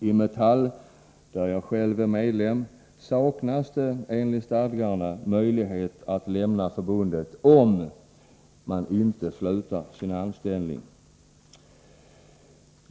I Metall, där jag själv är medlem, saknas det enligt stadgarna möjlighet att lämna förbundet, om man inte slutar sin anställning.